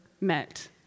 met